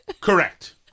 Correct